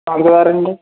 నలభై ఆరండి